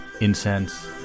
incense